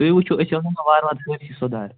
تُۍ وُچھو أسۍ اَنو وارٕ وارٕ سٲری سُدھار